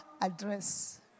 address